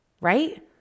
right